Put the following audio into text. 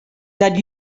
that